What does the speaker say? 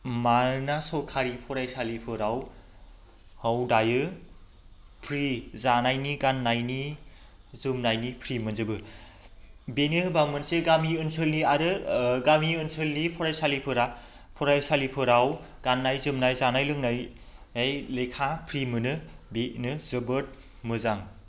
मानोना सरकारि फरायसालिफोराव दायो फ्रि जानायनि गान्नायनि जोमनायनि फ्रि मोनजोबो बेनो होनबा मोनसे गामि ओनसोलनि आरो गामि ओनसोलनि फरायसालिफोराव गान्नाय जोमनाय जानाय लोंनाय लेखा फ्रि मोनो बेनो जोबोद मोजां